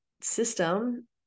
system